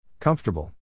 Comfortable